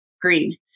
Green